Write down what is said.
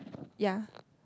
ya